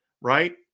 Right